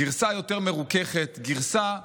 גרסה יותר מרוככת, גרסה